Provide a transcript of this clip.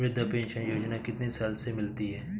वृद्धा पेंशन योजना कितनी साल से मिलती है?